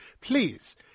Please